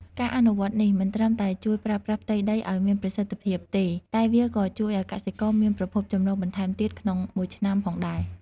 ការអនុវត្តនេះមិនត្រឹមតែជួយប្រើប្រាស់ផ្ទៃដីឱ្យមានប្រសិទ្ធភាពទេ តែវាក៏ជួយឱ្យកសិករមានប្រភពចំណូលបន្ថែមទៀតក្នុងមួយឆ្នាំផងដែរ។